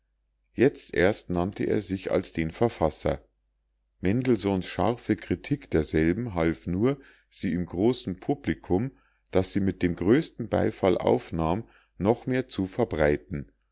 jetzt erst nannte er sich als den verfasser mendelssohn's scharfe kritik derselben half nur sie im großen publikum das sie mit dem größten beifall aufnahm noch mehr zu verbreiten